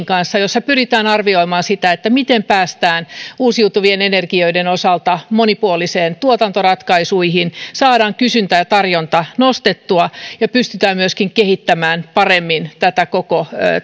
kanssa ja pyritään arvioimaan sitä miten päästään uusiutuvien energioiden osalta monipuolisiin tuotantoratkaisuihin saadaan kysyntä ja tarjonta nostettua ja pystytään kehittämään paremmin tätä koko